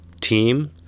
team